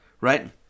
right